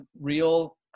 real